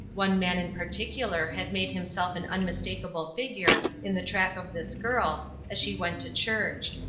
one man in particular had made himself an unmistakable figure in the track of this girl as she went to church.